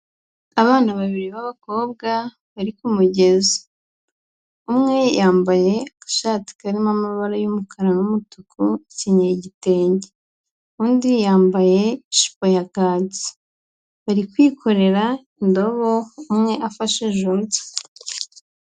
Abana babiri ba bakobwa bari ku mugezi, umwe yambaye agashati karimo amabara y'umukara n'umutuku akenyeye igitenge, undi yambaye ijipo ya kaki, bari kwikorera indobo umwe afashe undi.